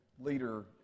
leader